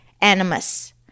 animus